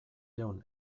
ehun